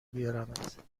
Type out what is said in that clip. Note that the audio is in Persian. بیارمت